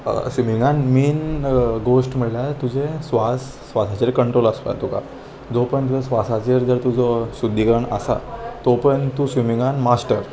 स्विमिंगान मेन गोश्ट म्हणल्यार तुजें स्वास स्वासाचेर कंट्रोल आसपा तुका जो परेन तुजो स्वासाचेर जर तुजो शुद्धीकरण आसा तो पर्यंत तूं स्विमींगान मास्टर